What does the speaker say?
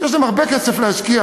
יש להם הרבה כסף להשקיע